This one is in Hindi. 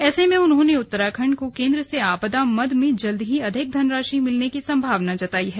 ऐसे में उन्होंने उत्तराखण्ड को केन्द्र से आपदा मद में जल्द ही अधिक धनराशि मिलने की संभावना जताई है